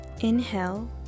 Inhale